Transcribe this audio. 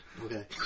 okay